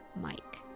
Mike